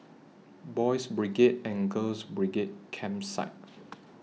Boys' Brigade and Girls' Brigade Campsite